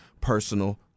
personal